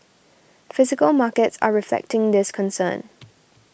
physical markets are reflecting this concern